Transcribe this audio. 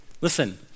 listen